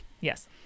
Yes